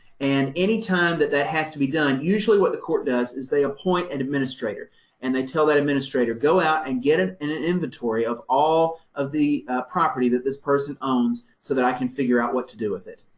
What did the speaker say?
and any time that that has to be done, usually what the court does is they appoint an and administrator and they tell that administrator, go out and get and an inventory of all of the property that this person owns, so that i can figure out what to do with it.